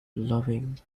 loving